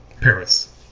Paris